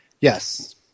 Yes